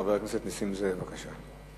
חבר הכנסת נסים זאב, בבקשה.